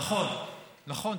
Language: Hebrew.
נכון, נכון.